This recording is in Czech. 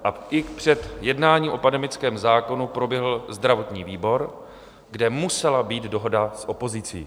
A i před jednáním o pandemickém zákonu proběhl zdravotní výbor, kde musela být dohoda s opozicí.